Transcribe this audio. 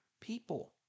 people